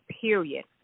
period